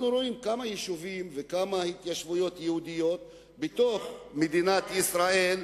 אנחנו רואים כמה יישובים וכמה התיישבויות יהודיות בתוך מדינת ישראל,